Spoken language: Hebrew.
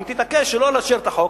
אם תתעקש שלא לאשר את החוק,